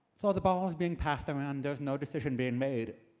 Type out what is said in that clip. so the ball is being passed around. there is no decision being made.